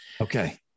Okay